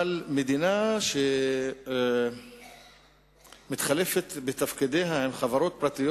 אבל מדינה שמתחלפת בתפקידיה עם חברות פרטיות,